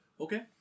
Okay